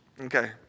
Okay